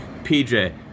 PJ